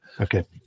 Okay